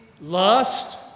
lust